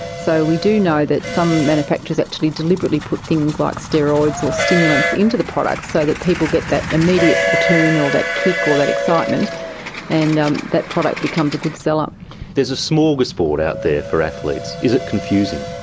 so we do know that some manufacturers actually deliberately put things like steroids or stimulants into the products so that people get that immediate return or that kick or that excitement and um that product becomes a good seller. there is a smorgasbord out there for athletes. is it confusing?